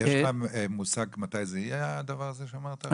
יש לך מושג מתי זה יהיה, הדבר הזה שאמרת עכשיו?